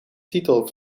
titel